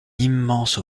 immense